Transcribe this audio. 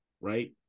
right